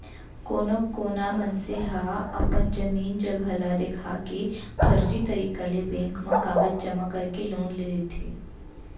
कोनो कोना मनसे ह अपन जमीन जघा ल देखा के फरजी तरीका ले बेंक म कागज जमा करके लोन ले लेथे